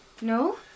No